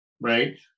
right